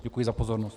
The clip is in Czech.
Děkuji za pozornost.